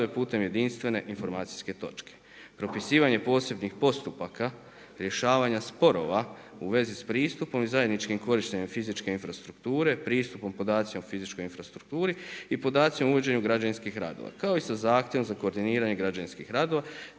putem jedinstvene informacijske točke. Propisivanje posebnih postupaka rješavanja sporova u vezi s pristupom i zajedničkim korištenjem fizičke infrastrukture pristupom podacima o fizičkoj infrastrukturi i podacima o uvođenju građevinskih radova kao i sa zahtjevom za koordiniranje građevinskih radova,